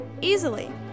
easily